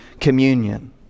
communion